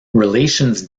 relations